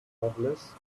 lovelace